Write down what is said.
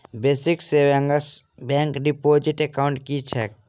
Basic savings bank deposit account की छैक?